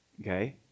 okay